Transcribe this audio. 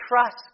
trust